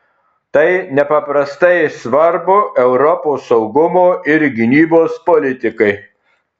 tai nepaprastai svarbu europos saugumo ir gynybos politikai